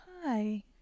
hi